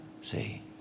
See